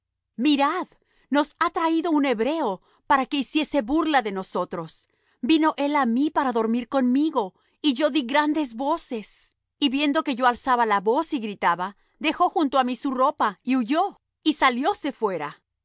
mirad nos ha traído un hebreo para que hiciese burla de nosotros vino él á mí para dormir conmigo y yo dí grandes voces y viendo que yo alzaba la voz y gritaba dejó junto á mí su ropa y huyó y salióse fuera